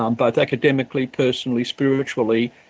um both academically, personally, spiritually.